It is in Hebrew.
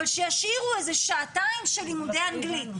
אבל שישאירו איזה שעתיים של לימודי אנגלית,